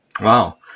Wow